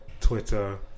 twitter